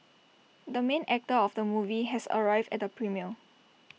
the main actor of the movie has arrived at the premiere